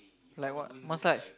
like what massage